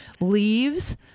leaves